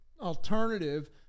alternative